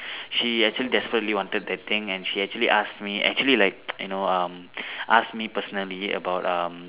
she actually desperately wanted that thing and she actually ask me actually like you know um ask me personally about um